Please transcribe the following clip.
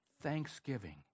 thanksgiving